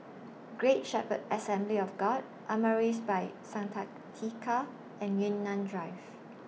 Great Shepherd Assembly of God Amaris By Santika and Yunnan Drive